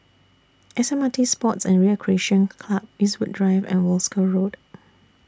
S M R T Sports and Recreation Club Eastwood Drive and Wolskel Road